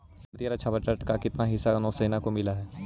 भारतीय रक्षा बजट का कितना हिस्सा नौसेना को मिलअ हई